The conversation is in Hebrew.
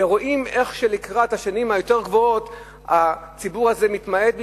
ורואים איך לקראת השנים היותר גבוהות הציבור הזה מתמעט שם,